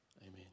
amen